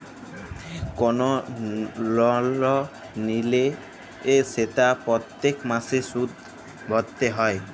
call লল লিলে সেট প্যত্তেক মাসে সুদ ভ্যইরতে হ্যয়